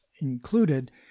included